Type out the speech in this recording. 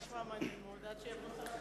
עד שיבוא שר התקשורת.